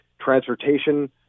transportation